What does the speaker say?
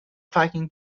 parking